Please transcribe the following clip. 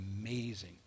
amazing